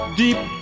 deep